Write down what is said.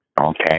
Okay